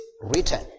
written